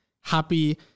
happy